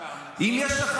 --- לא.